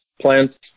Plants